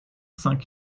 cinq